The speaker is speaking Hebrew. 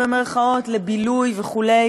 לבילוי וכו'.